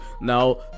Now